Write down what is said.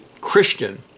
Christian